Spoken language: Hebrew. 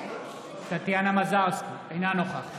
אינה נוכחת